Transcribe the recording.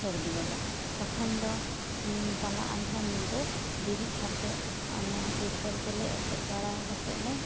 ᱥᱟᱹᱨᱫᱤ ᱜᱚᱫᱟ ᱛᱚᱠᱷᱚᱱ ᱫᱚ ᱛᱟᱞᱟ ᱟᱫᱷᱟ ᱤᱧᱫᱟᱹ ᱵᱮᱨᱮᱫ ᱠᱟᱛᱮ ᱚᱱᱟ ᱛᱤᱨᱯᱳᱱ ᱛᱮᱞᱮ ᱮᱥᱮᱫ ᱵᱟᱲᱟ ᱠᱟᱛᱮᱫ ᱞᱮ